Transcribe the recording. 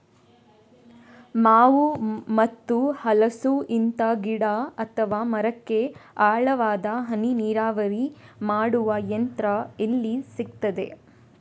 ಮಾವು ಮತ್ತು ಹಲಸು, ಇಂತ ಗಿಡ ಅಥವಾ ಮರಕ್ಕೆ ಆಳವಾದ ಹನಿ ನೀರಾವರಿ ಮಾಡುವ ಯಂತ್ರ ಎಲ್ಲಿ ಸಿಕ್ತದೆ?